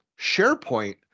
SharePoint